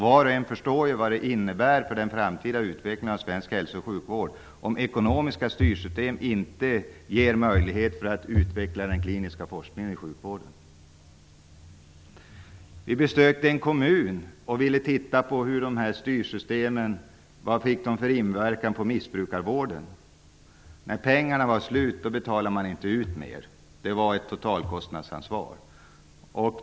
Var och en förstår vad det innebär för den framtida utvecklingen av svensk hälso och sjukvård om de ekonomiska styrsystemen inte ger möjlighet att utveckla den kliniska forskningen i sjukvården. Vi besökte en kommun för att titta på styrsystemens inverkan på missbrukarvården. När pengarna var slut betalade man inte ut mer. Det fanns ett totalkostnadsansvar.